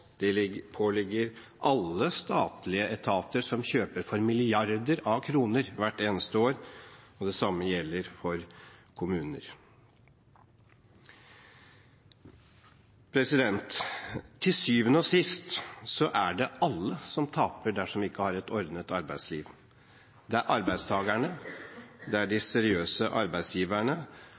Det påligger oss, og det påligger alle statlige etater som kjøper for milliarder av kroner hvert eneste år. Det samme gjelder for kommuner. Til syvende og sist er det alle som taper dersom vi ikke har et ordnet arbeidsliv: Det er arbeidstakerne, det er de seriøse arbeidsgiverne,